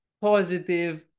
positive